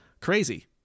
crazy